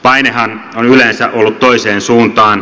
painehan on yleensä ollut toiseen suuntaan